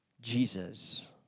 Jesus